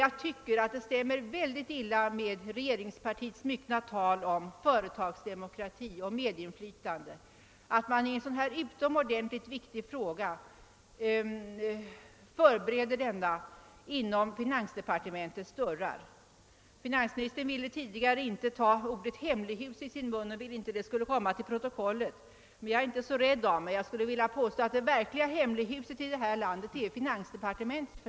Jag tycker dock att det rimmar mycket illa med regeringspartiets myckna tal om företagsdemokrati och medinflytande att en så utomordentligt viktig fråga förbereds enbart inom finansdepartementets dörrar. Finansministern ville tidigare inte ta ordet hemlighus i sin mun och ville inte att det skulle komma till protokollet, men jag är inte så rädd av mig. Jag skulle vilja påstå att det verkliga hemlighuset i detta land för närvarande är finansdepartementet.